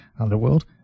Underworld